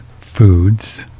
foods